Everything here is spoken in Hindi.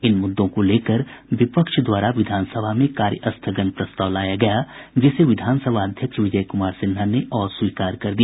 इन मुद्दों को लेकर विपक्ष द्वारा विधानसभा में कार्य स्थगन प्रस्ताव लाया गया जिसे विधानसभा अध्यक्ष विजय कुमार सिन्हा ने अस्वीकार कर दिया